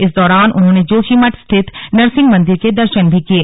इस दौरान उन्होंने जोशीमठ स्थित नृसिंह मंदिर के दर्शन भी किये